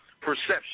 perception